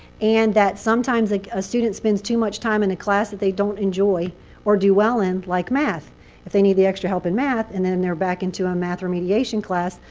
and that sometimes like a student spends too much time in a class that they don't enjoy or do well in like math if they need the extra help in math, and then they're back into a math remediation class,